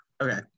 Okay